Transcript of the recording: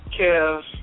Kev